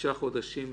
שישה חודשים מהאישור,